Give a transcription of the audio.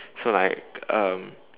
so like um